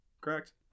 Correct